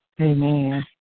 Amen